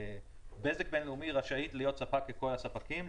בזק בינלאומי רשאית להיות ספק ככל הספקים,